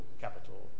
capital